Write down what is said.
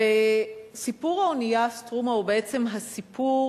סיפור האונייה "סטרומה" הוא בעצם הסיפור